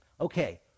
Okay